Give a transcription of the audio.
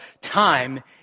time